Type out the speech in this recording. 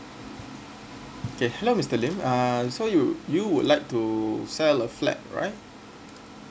K hello mister lim uh so you you would like to sell a flat right